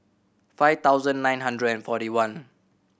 five thousand nine hundred and forty one